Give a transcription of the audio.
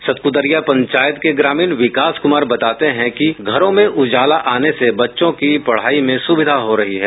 सतकुदरिया पंचायत के ग्रामीण विकास कुमार बताते हैं कि घरों में उजाला आने से बच्चों की पढाई में सुविधा हो रही है